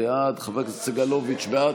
בעד,